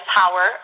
power